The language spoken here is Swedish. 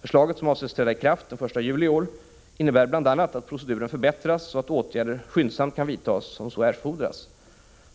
Förslaget, som avses träda i kraft den 1 juli i år, innebär bl.a. att proceduren förbättras så att åtgärder skyndsamt kan vidtas om så erfordras.